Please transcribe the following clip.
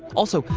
also,